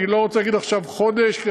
אני לא רוצה להגיד עכשיו באיזה חודש,